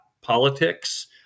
politics